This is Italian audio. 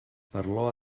parlò